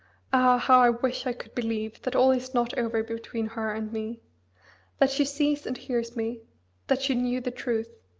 how i wish i could believe that all is not over between her and me that she sees and hears me that she knew the truth.